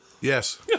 Yes